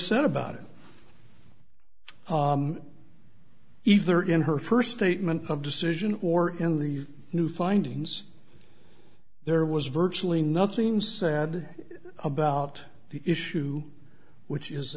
said about it either in her first statement of decision or in the new findings there was virtually nothing said about the issue which is